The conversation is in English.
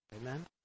Amen